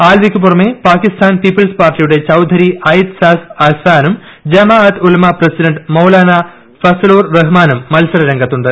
ആൽവിക്കു പുറമെ പാകിസ്ഥാൻ പീപ്പിൾസ് പാർട്ടിയുടെ ചൌധരി അയിത്സാസ് അഹ്സാനും ജമാഅത്ത് ഉലമാ പ്രസിഡന്റ് മൌലാനാ ഫസലുർ റഹ്മാനും മൽസര രംഗത്തുണ്ട്